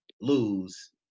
lose